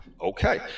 Okay